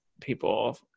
people